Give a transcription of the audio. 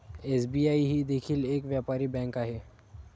SBI ही देखील एक व्यापारी बँक आहे